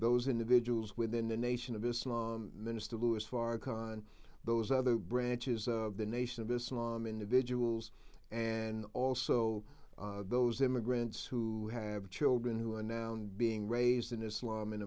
those individuals within the nation of islam minister louis farrakhan those other branches of the nation of islam individuals and also those immigrants who have children who are now nd being raised in islam in